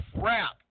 crap